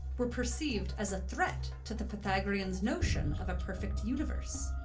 were perceived as a threat to the pythagorean's notion of a perfect universe.